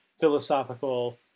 philosophical